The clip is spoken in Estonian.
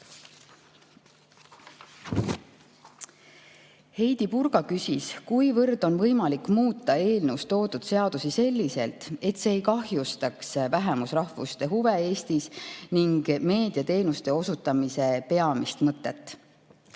Purga küsis, kuivõrd on võimalik muuta eelnõus toodud seadusi selliselt, et see ei kahjustaks vähemusrahvuste huve Eestis ning meediateenuste osutamise peamist mõtet.